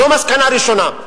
זו מסקנה ראשונה.